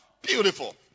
Beautiful